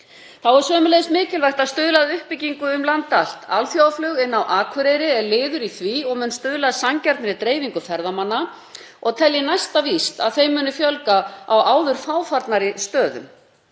Þá er sömuleiðis mikilvægt að stuðla að uppbyggingu um land allt. Alþjóðaflug inn á Akureyri er liður í því og mun stuðla að sanngjarnri dreifingu ferðamanna og tel ég næsta víst að þeim muni fjölga á áður fáfarnari stöðum.